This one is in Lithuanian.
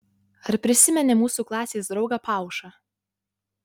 ar prisimeni mūsų klasės draugą paušą